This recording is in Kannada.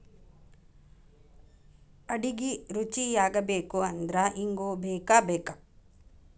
ಅಡಿಗಿ ರುಚಿಯಾಗಬೇಕು ಅಂದ್ರ ಇಂಗು ಬೇಕಬೇಕ